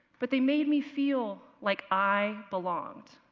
but they made me feel like i belonged.